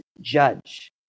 judge